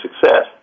success